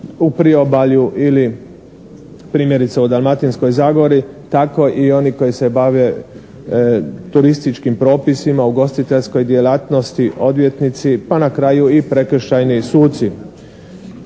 u priobalju ili primjerice u Dalmatinskoj zagori, tako i oni koji se bave turističkim propisima, ugostiteljskoj djelatnosti, odvjetnici, pa na kraju i prekršajni suci.